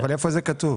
אבל איפה זה כתוב?